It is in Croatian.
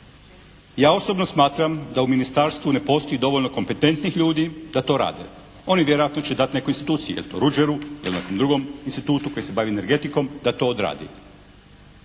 Ja osobno smatram da u ministarstvu ne postoji dovoljno kompetentnih ljudi da to rade. Oni vjerojatno će dati nekoj instituciji jel to Ruđeru, jel nekom drugom institutu koji se bavi energetikom da to odradi.